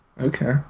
Okay